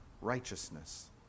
righteousness